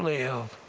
live!